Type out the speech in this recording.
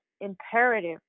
imperative